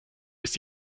ist